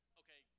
okay